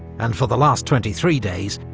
and for the last twenty three days,